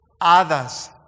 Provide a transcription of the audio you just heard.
Others